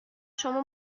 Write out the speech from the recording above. شما